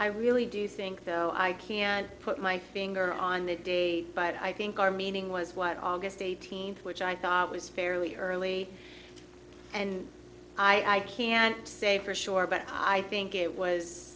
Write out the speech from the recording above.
i really do think though i can't put my finger on the day but i think our meaning was what aug eighteenth which i thought was fairly early and i can't say for sure but i think it was